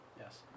Yes